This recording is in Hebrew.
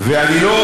ואני לא